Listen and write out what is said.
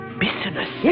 business